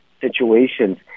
situations